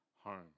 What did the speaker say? home